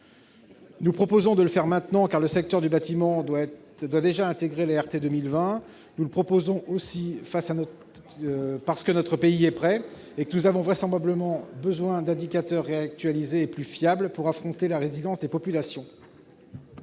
Nous proposons de le faire maintenant, car le secteur du bâtiment doit déjà intégrer la réglementation thermique 2020. De surcroît, notre pays est prêt et nous avons vraisemblablement besoin d'indicateurs réactualisés et plus fiables pour affronter la résilience des populations.